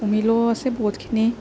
অমিলো আছে বহুতখিনি